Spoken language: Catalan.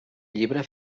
llibre